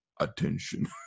attention